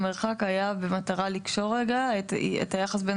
המרחק היה במטרה לקשור רגע את היחס בין